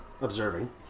observing